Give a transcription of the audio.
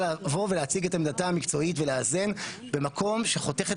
להציג את עמדתה המקצועית ולאזן במקום שחותך את